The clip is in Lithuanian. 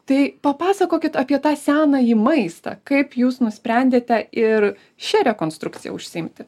tai papasakokit apie tą senąjį maistą kaip jūs nusprendėte ir šia rekonstrukcija užsiimti